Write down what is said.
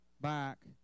back